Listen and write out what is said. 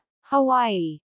hawaii